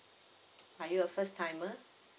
are you a first timer